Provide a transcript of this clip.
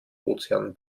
ozean